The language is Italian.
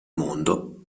mondo